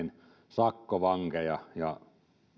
sakkovankeja ja